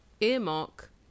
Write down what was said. earmark